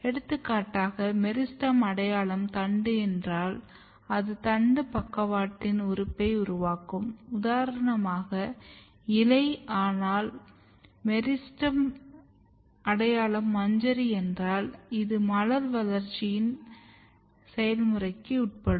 எடுத்துக்காட்டாக மெரிஸ்டெம் அடையாளம் தண்டு என்றல் அது தண்டின் பக்கவாட்டு உறுப்பை உருவாக்கும்உதாரணமாக இலை ஆனால் மெரிஸ்டெம் அடையாளம் மஞ்சரி என்றால் இது மலர் வளர்ச்சியின் செயல்முறைக்கு உட்படும்